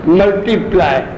multiply